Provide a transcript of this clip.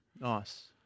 Nice